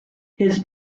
his